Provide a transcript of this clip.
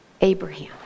Abraham